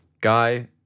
Guy